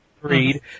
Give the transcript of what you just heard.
read